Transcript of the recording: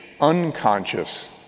unconscious